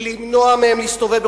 למנוע מהם מלהסתובב?